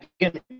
Again